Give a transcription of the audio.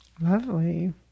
Lovely